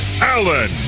Allen